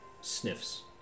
sniffs